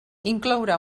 inclourà